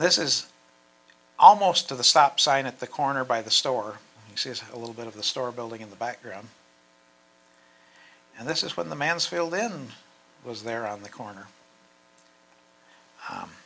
this is almost to the stop sign at the corner by the store says a little bit of the store building in the background and this is when the mansfield in was there on the corner